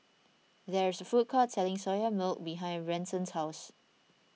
there is a food court selling Soya Milk behind Branson's house